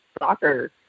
soccer